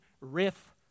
riff